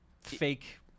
fake